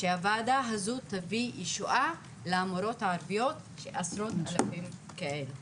שהוועדה הזאת תביא ישועה למורות הערביות שיש עשרות אלפים כאלה,